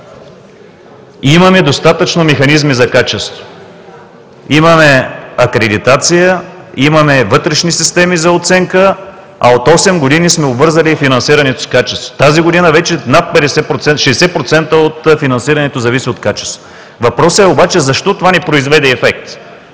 Имаме достатъчно механизми за качество. Имаме акредитация, имаме вътрешни системи за оценка, а от осем години сме обвързали и финансирането с качеството. Тази година вече над 60% от финансирането зависи от качеството. Въпросът обаче е: защо това не произведе ефект?